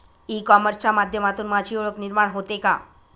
E कॉमर्सच्या माध्यमातून माझी ओळख निर्माण होते का?